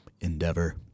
endeavor